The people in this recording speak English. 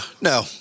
No